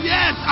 Yes